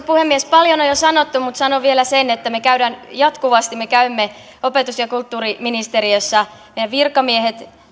puhemies paljon on jo sanottu mutta sanon vielä sen että me käymme jatkuvasti opetus ja kulttuuriministeriössä meidän virkamiehet